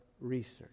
research